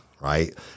right